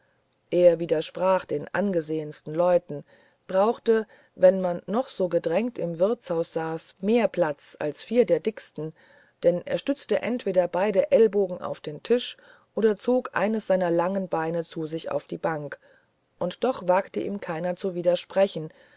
er widersprach den angesehensten leuten brauchte wenn man noch so gedrängt im wirtshaus saß mehr platz als vier der dicksten denn er stützte entweder beide ellbogen auf den tisch oder zog eines seiner langen beine zu sich auf die bank und doch wagte ihm keiner zu widersprechen